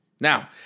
Now